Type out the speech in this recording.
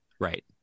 Right